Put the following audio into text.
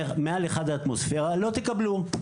מעל 1 אטמוספירה לא תקבלו,